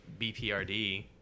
bprd